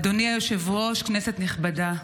אדוני היושב-ראש, כנסת נכבדה,